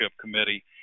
committee